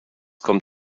kommt